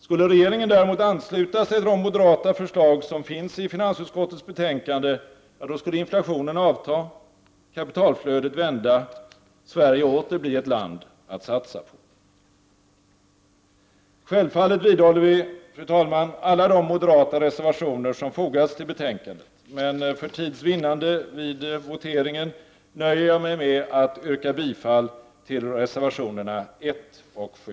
Skulle regeringen däremot ansluta sig till de moderata förslag som finns i finansutskottets betänkande, då skulle inflationen avta, kapitalflödet vända och Sverige åter bli ett land att satsa på. Självfallet vidhåller vi alla de moderata reservationer som fogats till betänkandet, men för tids vinnande vid voteringen nöjer jag mig med att yrka bifall till reservationerna 1 och 7.